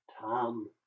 tom